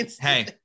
hey